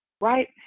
right